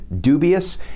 dubious